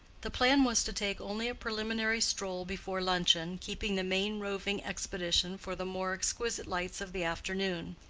the plan was to take only a preliminary stroll before luncheon, keeping the main roving expedition for the more exquisite lights of the afternoon.